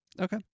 Okay